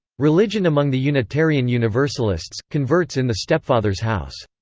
religion among the unitarian universalists converts in the stepfathers' house.